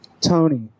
Tony